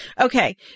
Okay